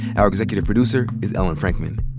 our executive producer is ellen frankman.